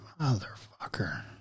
Motherfucker